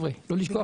לא לשכוח את זה.